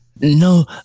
No